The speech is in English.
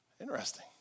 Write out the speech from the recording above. Interesting